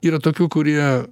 yra tokių kurie